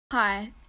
hi